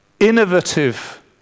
innovative